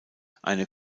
eine